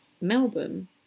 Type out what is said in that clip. Melbourne